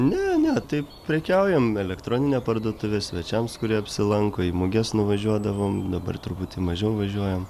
ne ne taip prekiaujam elektroninę parduotuvę svečiams kurie apsilanko į muges nuvažiuodavom dabar truputį mažiau važiuojam